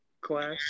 Class